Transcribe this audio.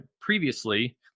previously